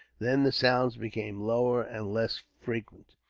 then the sounds became lower and less frequent,